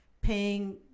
paying